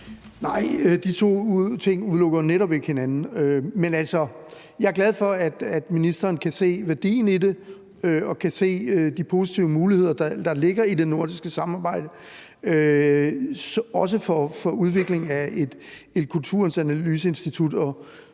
Nej, de to ting udelukker jo netop ikke hinanden. Men altså, jeg er glad for, at ministeren kan se værdien i det og kan se de positive muligheder, der ligger i det nordiske samarbejde, også for udvikling af et analyseinstitut